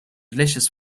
delicious